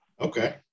Okay